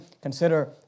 consider